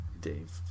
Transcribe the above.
Dave